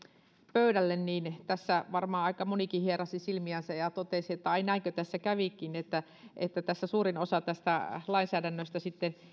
pöydälle niin tässä varmaan aika monikin hieraisi silmiään ja totesi että ai näinkö tässä kävikin että että suurin osa tästä lainsäädännöstä